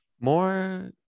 More